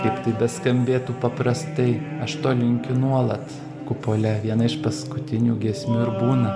kaip tai beskambėtų paprastai aš to linkiu nuolat kupole viena iš paskutinių giesmių ir būna